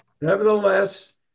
Nevertheless